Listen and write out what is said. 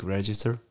Register